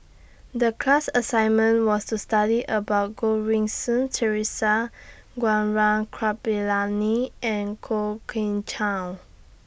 The class assignment was to study about Goh Rui Si Theresa Gaurav Kripalani and Kwok Kian Chow